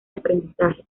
aprendizaje